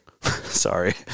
Sorry